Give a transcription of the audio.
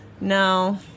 no